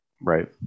Right